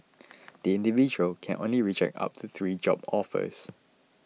the individual can reject only up to three job offers